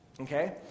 Okay